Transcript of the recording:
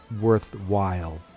worthwhile